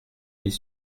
mis